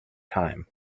time